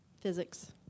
physics